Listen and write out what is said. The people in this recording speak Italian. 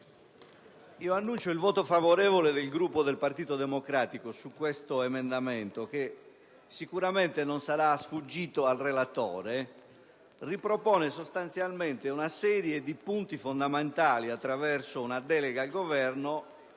dichiaro il voto favorevole del Gruppo del Partito Democratico su questo emendamento che - sicuramente non sarà sfuggito al relatore - ripropone sostanzialmente una serie di punti fondamentali attraverso una delega al Governo